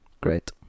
Great